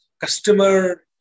customer